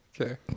Okay